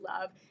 love